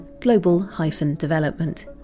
global-development